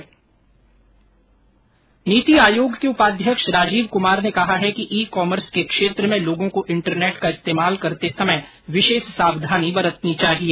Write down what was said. नीति आयोग के उपाध्यक्ष राजीव कुमार ने कहा है कि ई कॉमर्स के क्षेत्र में लोगों को इंटरनेट का इस्तेमाल करते समय विशेष सावधानी बरतनी चाहिए